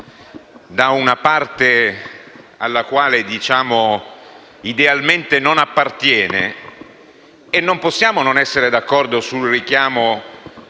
da una parte alla quale idealmente non appartiene, non possiamo non essere d'accordo sul richiamo